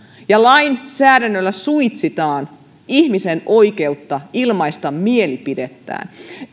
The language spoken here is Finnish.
ja lainsäädännöllä suitsitaan ihmisen oikeutta ilmaista mielipidettään